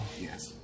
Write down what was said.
Yes